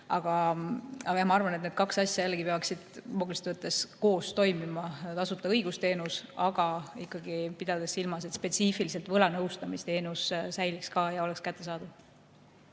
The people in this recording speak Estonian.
Aga ma arvan, et need kaks asja jällegi peaksid loogiliselt võttes koos toimima: tasuta õigusteenus, aga pidades silmas, et spetsiifiliselt võlanõustamisteenus ka säiliks ja oleks kättesaadav.